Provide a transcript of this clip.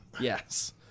Yes